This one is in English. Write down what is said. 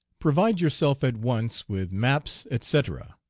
provide yourself at once with maps, etc,